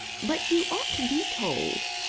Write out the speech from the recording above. but you ought to be told.